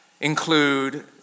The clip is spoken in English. include